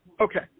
Okay